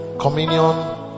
communion